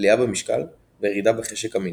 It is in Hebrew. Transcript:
עלייה במשקל, וירידה בחשק המיני.